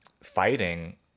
fighting